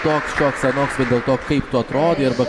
toks šioks anoks dėl to kaip tu atrodai arba